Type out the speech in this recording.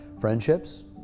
friendships